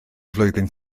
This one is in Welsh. flwyddyn